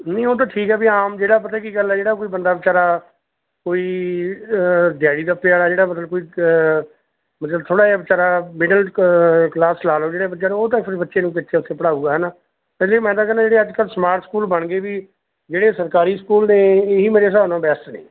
ਨਹੀਂ ਉਹ ਤਾਂ ਠੀਕ ਹੈ ਵੀ ਆਮ ਜਿਹੜਾ ਪਤਾ ਕੀ ਗੱਲ ਹੈ ਜਿਹੜਾ ਕੋਈ ਬੰਦਾ ਵਿਚਾਰਾ ਕੋਈ ਦਿਹਾੜੀ ਤੱਪੇ ਵਾਲਾ ਜਿਹੜਾ ਮਤਲਬ ਕੋਈ ਮਤਲਬ ਥੋੜ੍ਹਾ ਜਿਹਾ ਵਿਚਾਰਾ ਮਿਡਲ ਕਲਾਸ ਲਾ ਲਓ ਜਿਹੜੇ ਉਹ ਤਾਂ ਫਿਰ ਬੱਚੇ ਨੂੰ ਕਿੱਥੇ ਉੱਥੇ ਪੜ੍ਹਾਊਗਾ ਹੈ ਨਾ ਪਹਿਲਾ ਹੀ ਮੈਂ ਤਾਂ ਕਹਿੰਦਾ ਜਿਹੜੇ ਅੱਜ ਕੱਲ੍ਹ ਸਮਾਰਟ ਸਕੂਲ ਬਣ ਗਏ ਵੀ ਜਿਹੜੇ ਸਰਕਾਰੀ ਸਕੂਲ ਨੇ ਇਹੀ ਮੇਰੇ ਹਿਸਾਬ ਨਾਲ ਬੈਸਟ ਨੇ